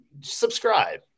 subscribe